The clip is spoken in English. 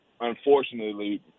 unfortunately